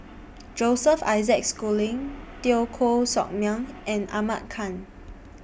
Joseph Isaac Schooling Teo Koh Sock Miang and Ahmad Khan